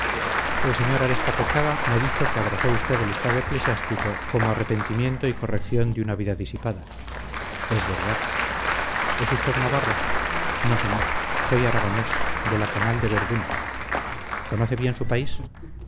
el sr arespacochaga me ha dicho que abrazó usted el estado eclesiástico como arrepentimiento y corrección de una vida disipada es verdad es usted navarro no señor soy aragonés de la canal de berdún conoce bien su país